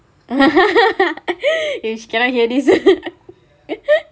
ish cannot hear this